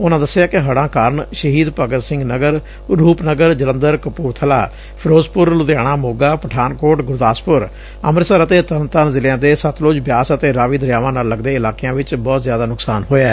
ਉਨੂਾਂ ਦਸਿਆ ਕਿ ਹਤਾਂ ਕਾਰਨ ਸ਼ਹੀਦ ਭਗਤ ਸਿੰਘ ਨਗਰ ਰੁਪਨਗਰ ਜਲੰਧਰ ਕਪੁਰਥਲਾ ਫਿਰੋਜ਼ਪੁਰ ਲੁਧਿਆਣਾ ਮੋਗਾ ਪਠਾਨਕੋਟ ਗੁਰਦਾਸਪੁਰ ਅੰਮਿਤਸਰ ਅਤੇ ਤਰਨਤਾਰਨ ਜ਼ਿਲਿਆਂ ਦੇ ਸਤਲੁੱਜ ਬਿਆਸ ਅਤੇ ਰਾਵੀ ਦਰਿਆਵਾਂ ਨਾਲ ਲਗਦੇ ਇਲਾਕਿਆਂ ਵਿਚ ਬਹੁਤ ਜ਼ਿਆਦਾ ਨੁਕਸਾਨ ਹੋਇਐ